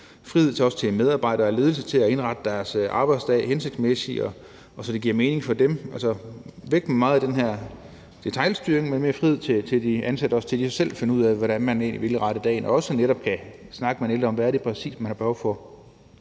frihed også til medarbejdere og ledelse til at indrette deres arbejdsdag mere hensigtsmæssigt, så det giver mening for dem. Altså, væk med meget af den her detailstyring – og mere frihed til de ansatte til selv at finde ud af, hvordan de vil indrette dagen, og også netop til at kunne snakke med den ældre om, hvad det præcis er, man har behov for